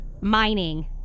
Mining